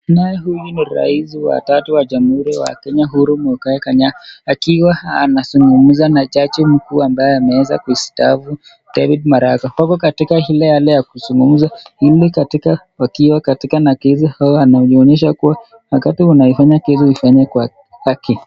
Naye huyu ni rais wa tatu wa jamuhuri ya Kenya, Uhuru Mwigai Kenyatta akiwa anasungumza na chaji mkuu ambaye ameweza kustaafu, David Maraga, wako latika hali ile ya kuzungumza, pengine katika, wakiwa katika nakizi au wananionyesha kuwa, wakati unaifanya kitu ifanye kwa, haki.